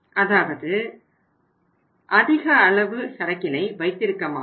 அதாவது அதிக அளவு சரக்கினை வைத்திருக்க மாட்டோம்